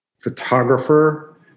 photographer